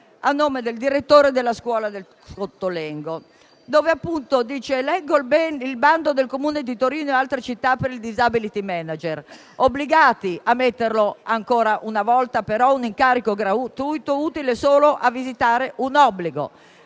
a nome del direttore della scuola del Cottolengo: «Leggo il bando del Comune di Torino e in altre città per il *disability manager*, obbligati a metterlo ma ancora una volta un incarico gratuito utile solo a vistare un obbligo.